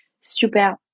super